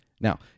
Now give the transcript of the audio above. Now